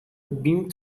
bean